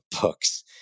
books